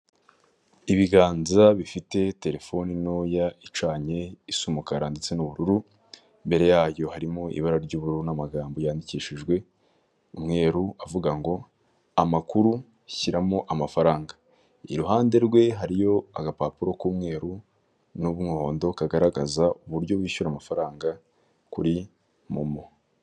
Ibiganza bifite terefone ntoya icanye isa umukara ndetse n'ubururu. Imbere yayo harimo ibara ry'ubururu n' amagambo yandikishijwe umweru avuga ngo amakuru shyiramo amafaranga. Iruhande rwe hariyo agapapuro k'umweru n'umuhondo kagaragaza uburyo wishyura amafaranga kuri momo.